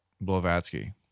Blavatsky